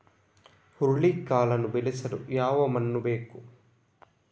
ಹುರುಳಿಕಾಳನ್ನು ಬೆಳೆಸಲು ಯಾವ ಮಣ್ಣು ಬೇಕು?